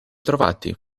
trovati